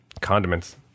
condiments